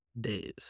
days